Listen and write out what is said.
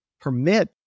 permit